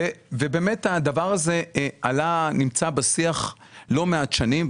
הדבר הזה נמצא בשיח לא מעט שנים,